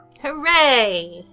Hooray